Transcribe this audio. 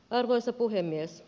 arvoisa puhemies